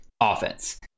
offense